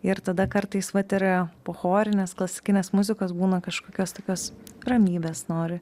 ir tada kartais vat ir po chorinės klasikinės muzikos būna kažkokios tokios ramybės nori